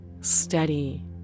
steady